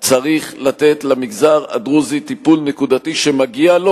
צריך לתת למגזר הדרוזי טיפול נקודתי שמגיע לו,